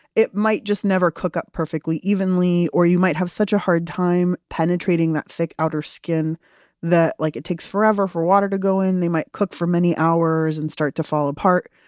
it might just never cook up perfectly evenly. or you might have such a hard time penetrating that thick outer skin that like it takes forever for water to go in. they might cook for many hours, and start to fall apart,